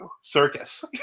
Circus